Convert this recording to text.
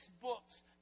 books